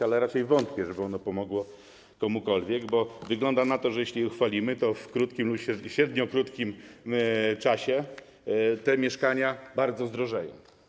Ale raczej wątpię, żeby ono pomogło komukolwiek, bo wygląda na to, że jeśli je uchwalimy, to w średnio krótkim czasie te mieszkania bardzo zdrożeją.